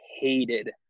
hated